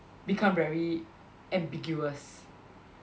become very ambiguous